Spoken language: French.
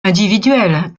individuelle